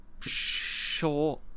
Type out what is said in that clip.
Sure